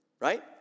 Right